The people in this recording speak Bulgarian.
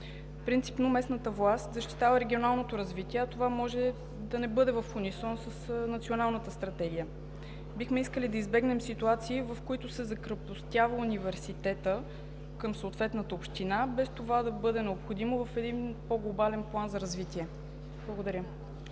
Принципно местната власт защитава регионалното развитие, а това може да не бъде в унисон с Националната стратегия. Бихме искали да избегнем ситуации, в които се закрепостява университетът към съответната община, без това да бъде необходимо в един по-глобален план за развитие. Благодаря.